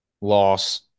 loss